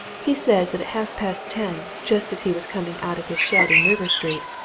he says that at half-past ten, just as he was coming out of his shed in river street,